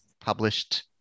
published